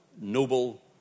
noble